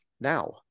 now